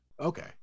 Okay